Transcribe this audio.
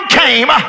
came